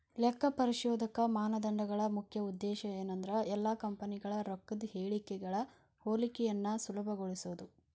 ಲೆಕ್ಕಪರಿಶೋಧಕ ಮಾನದಂಡಗಳ ಮುಖ್ಯ ಉದ್ದೇಶ ಏನಂದ್ರ ಎಲ್ಲಾ ಕಂಪನಿಗಳ ರೊಕ್ಕದ್ ಹೇಳಿಕೆಗಳ ಹೋಲಿಕೆಯನ್ನ ಸುಲಭಗೊಳಿಸೊದು